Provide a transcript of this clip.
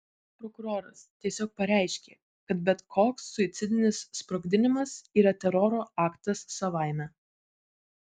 prokuroras tiesiog pareiškė kad bet koks suicidinis sprogdinimas yra teroro aktas savaime